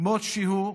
כמו שהוא,